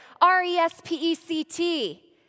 R-E-S-P-E-C-T